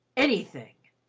anything!